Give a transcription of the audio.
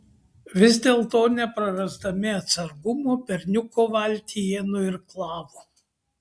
vis dėlto neprarasdami atsargumo berniuko valtį jie nuirklavo